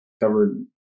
covered